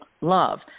love